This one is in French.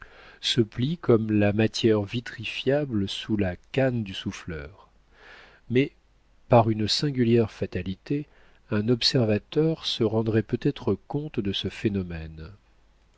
se plie comme la matière vitrifiable sous la canne du souffleur mais par une singulière fatalité un observateur se rendrait peut-être compte de ce phénomène